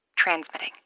transmitting